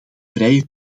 vrije